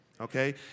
okay